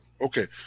Okay